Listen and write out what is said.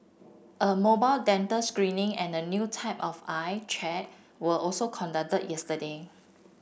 a mobile dental screening and a new type of eye check were also conducted yesterday